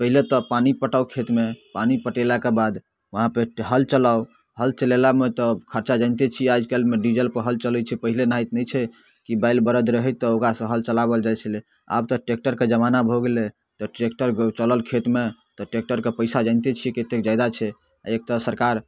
पहिले तऽ पानि पटाउ खेतमे पानि पटेलाके बाद वहाँपर हल चलाउ हल चलेलामे तऽ खरचा जानिते छिए आज कल्हिमे डीजलपर हल चलै छै पहिले एनाहित नहि छै कि बैल बड़द रहै तऽ ओकरासँ हल चलाओल जाइ छलै आब तऽ ट्रैक्टरके जमाना भऽ गेलै तऽ ट्रैक्टर चलल खेतमे तऽ ट्रैक्टरके पइसा जानिते छिए कतेक जादा छै एक तऽ सरकार